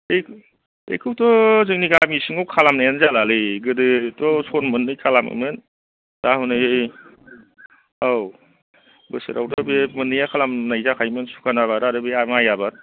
बे बेखौथ' जोंनि गामि सिङाव खालाम नायानो जालालै गोदोथ' सन मोननै खालामोमोन दा हनै औ बोसोराव हाय बे मोननैया खालामनाय जाखायोमोन सुखान आबाद आरो आर माइ आबाद